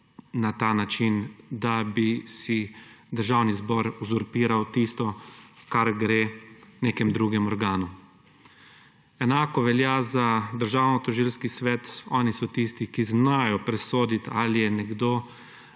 na ta način, da bi si Državni zbor uzurpiral tisto, kar gre nekemu drugemu organu. Enako velja za Državnotožilski svet. Oni so tisti, ki znajo presoditi, ali je nekdo